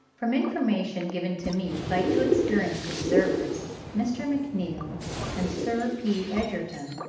from information given to me by two experienced observers, mr. mcneill and sir p. egerton,